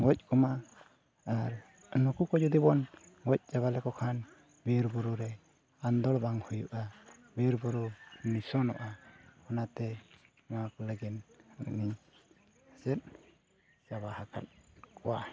ᱜᱚᱡ ᱠᱚᱢᱟ ᱟᱨ ᱱᱩᱠᱩ ᱠᱚ ᱡᱩᱫᱤ ᱵᱚᱱ ᱜᱚᱡ ᱪᱟᱵᱟ ᱞᱮᱠᱚ ᱠᱷᱟᱱ ᱵᱤᱨᱼᱵᱩᱨᱩ ᱨᱮ ᱟᱸᱫᱳᱲ ᱵᱟᱝ ᱦᱩᱭᱩᱜᱼᱟ ᱵᱤᱨᱼᱵᱩᱨᱩ ᱱᱤᱥᱩᱱᱚᱜᱼᱟ ᱚᱱᱟᱛᱮ ᱱᱚᱣᱟ ᱠᱚ ᱞᱟᱹᱜᱤᱫ ᱟᱹᱞᱤᱧ ᱥᱮᱫ ᱪᱟᱵᱟ ᱟᱠᱟᱫ ᱠᱚᱣᱟ